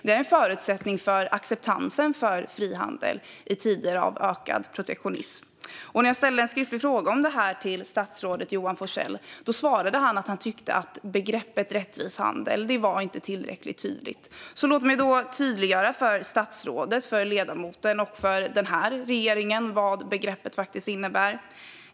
Det är en förutsättning för acceptansen för frihandel i tider av ökad protektionism. När jag ställde en skriftlig fråga om detta till statsrådet Johan Forssell svarade han att han tyckte att begreppet rättvis handel inte var tillräckligt tydligt. Låt mig då tydliggöra för statsrådet, för ledamoten och för den här regeringen vad begreppet faktiskt innebär.